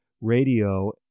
Radio